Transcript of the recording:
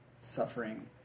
suffering